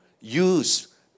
use